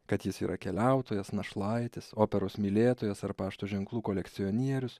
kad jis yra keliautojas našlaitis operos mylėtojas ar pašto ženklų kolekcionierius